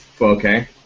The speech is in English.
Okay